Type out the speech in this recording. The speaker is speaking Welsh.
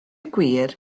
gwir